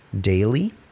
daily